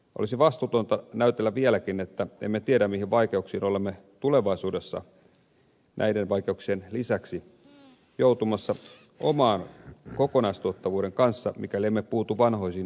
olisi vastuutonta näytellä vieläkin että emme tiedä mihin vaikeuksiin olemme tulevaisuudessa näiden vaikeuksien lisäksi joutumassa oman kokonaistuottavuuden kanssa mikäli emme puutu vanhoihin rakenteisiimme